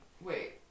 Wait